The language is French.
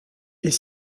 est